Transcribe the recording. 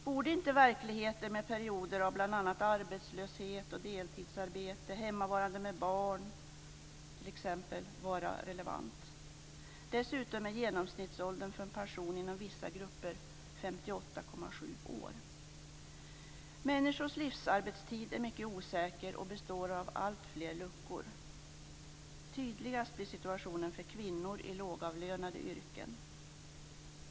Borde inte verkligheten, med perioder av bl.a. arbetslöshet, deltidsarbete och hemmavarande med barn, vara relevant? Dessutom är genomsnittsåldern för pension inom vissa grupper 58,7 år! Människors livsarbetstid är mycket osäker och består av alltfler luckor. Tydligast blir situationen för kvinnor i lågavlönade yrken.